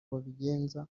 babigenza